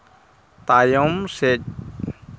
ᱛᱟᱭᱚᱢ ᱥᱮᱫ